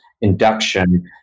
induction